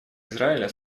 израиля